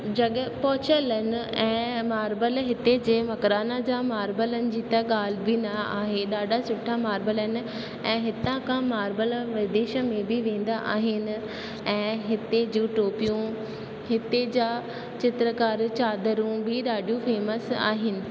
जॻहि पहुचियलु आहिनि ऐं मार्बल हिते जे मक्रान जा मार्बल जी त ॻाल्हि बि न आहे ॾाढा सुठा मार्बल आहिनि ऐं हितां खां मार्बल विदेश में बि वेंदा आहिनि ऐं हिते जूं टोपियूं हिते जा चित्रकार चादरूं बि ॾाढियूं फेमस आहिनि